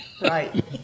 right